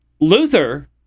Luther